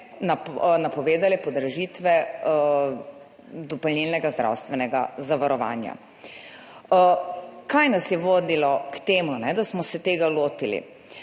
napovedale podražitve dopolnilnega zdravstvenega zavarovanja. Kaj nas je vodilo k temu, da smo se tega lotili?